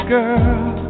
Girl